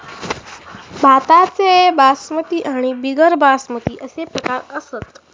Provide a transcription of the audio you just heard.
भाताचे बासमती आणि बिगर बासमती अशे प्रकार असत